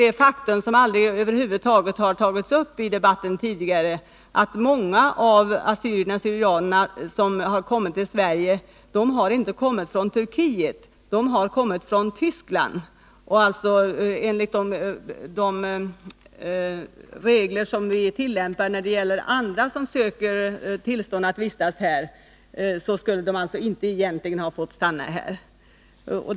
Ett faktum som över huvud taget aldrig tagits upp tidigare i debatten är, att många av de assyrier/syrianer som har invandrat till Sverige inte har kommit från Turkiet utan från Tyskland. Enligt de regler som vi tillämpar när det gäller andra som söker tillstånd att vistas här skulle de inte ha fått stanna i landet.